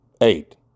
Eight